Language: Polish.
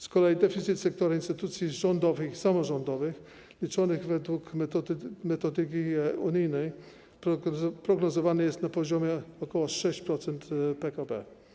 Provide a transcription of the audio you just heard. Z kolei deficyt sektora instytucji rządowych i samorządowych liczony według metodyki unijnej prognozowany jest na poziomie ok. 6% PKB.